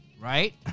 Right